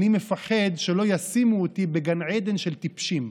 אני מפחד שלא ישימו אותי בגן עדן של טיפשים.